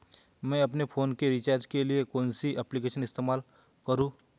मैं अपने फोन के रिचार्ज के लिए कौन सी एप्लिकेशन इस्तेमाल करूँ?